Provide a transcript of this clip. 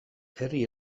herri